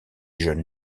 jeunes